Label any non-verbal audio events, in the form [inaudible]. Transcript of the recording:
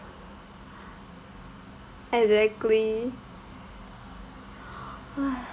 exactly [breath]